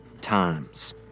times